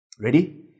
Ready